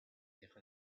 deja